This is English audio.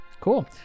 cool